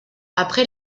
après